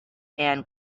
and